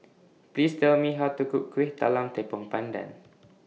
Please Tell Me How to Cook Kuih Talam Tepong Pandan